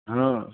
હા